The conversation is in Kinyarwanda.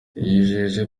yijeje